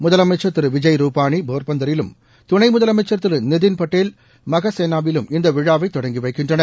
முதலமைச்சர் திரு விஜய் ரூபாணி போர்பந்தரிலும் துணை முதலமைச்சர் திரு நிதின் பட்டேல் மாகேசானாவிலும் இந்த விழாவை தொடங்கி வைக்கின்றனர்